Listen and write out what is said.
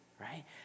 right